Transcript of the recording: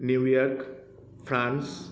New York France